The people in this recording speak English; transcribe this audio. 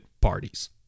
parties